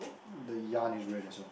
the yarn is red as well